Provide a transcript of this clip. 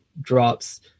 drops